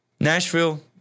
Nashville